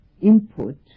input